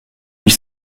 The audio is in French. huit